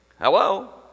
Hello